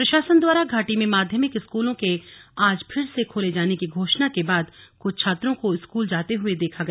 प्रशासन द्वारा घाटी में माध्यमिक स्कूलों के आज फिर से खोले जाने की घोषणा के बाद कुछ छात्रों को स्कूल जाते देखा गया